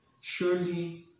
Surely